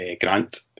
Grant